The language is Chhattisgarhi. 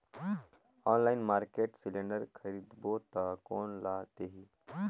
ऑनलाइन मार्केट सिलेंडर खरीदबो ता कोन ला देही?